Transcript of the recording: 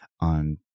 on